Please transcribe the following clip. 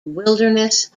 wilderness